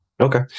Okay